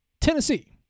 Tennessee